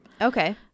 Okay